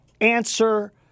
Answer